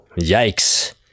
yikes